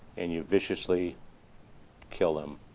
and you viciously kill them.